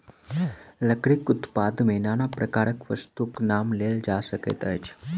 लकड़ीक उत्पाद मे नाना प्रकारक वस्तुक नाम लेल जा सकैत अछि